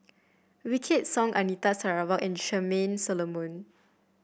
Wykidd Song Anita Sarawak and Charmaine Solomon